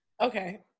Okay